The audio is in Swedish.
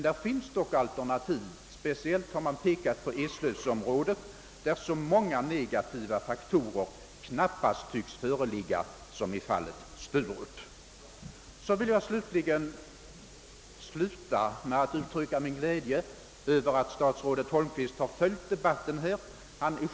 Det finns dock alternativ, och speciellt Eslöv-området har framhållits, där så många negativa faktorer knappast tycks föreligga som beträffande Sturup. Jag vill sluta med att uttrycka min glädje över att statsrådet Holmqvist har följt den här debatten.